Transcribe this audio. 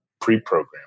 pre-programmed